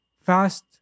fast